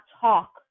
talk